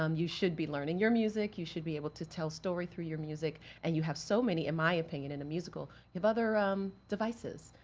um you should be learning your music, you should be able to tell story through your music, and you have so many. in my opinion, in a musical, you have other um devices,